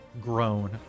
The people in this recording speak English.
grown